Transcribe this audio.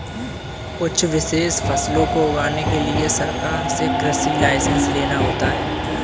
कुछ विशेष फसलों को उगाने के लिए सरकार से कृषि लाइसेंस लेना होता है